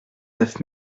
neuf